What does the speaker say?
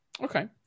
okay